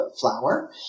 flour